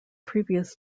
previous